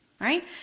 Right